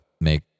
make